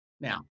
Now